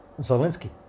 Zelensky